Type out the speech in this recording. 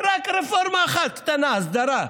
רק רפורמה אחת קטנה, הסדרה.